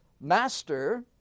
master